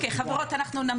תודה לך.